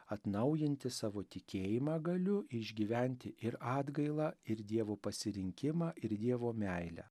atnaujinti savo tikėjimą galiu išgyventi ir atgailą ir dievo pasirinkimą ir dievo meilę